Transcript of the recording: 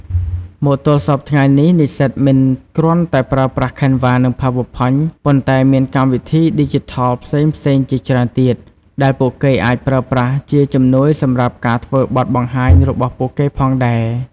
មកទល់សព្វថ្ងៃនេះ និស្សិតមិនគ្រាន់តែប្រើប្រាស់ Canva និង PowerPoint ប៉ុន្តែមានកម្មវិធីឌីជីថលផ្សេងៗជាច្រើនទៀត ដែលពួកគេអាចប្រើប្រាស់ជាជំនួយសម្រាប់ការធ្វើបទបង្ហាញរបស់ពួកគេផងដែរ។